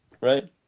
right